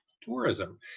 tourism